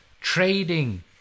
trading